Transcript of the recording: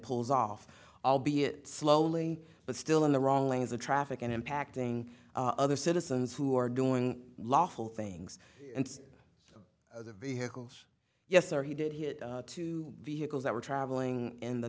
pulls off albeit slowly but still in the wrong lanes of traffic and impacting other citizens who are doing lawful things the vehicles yes or he did hit two vehicles that were traveling in the